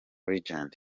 legend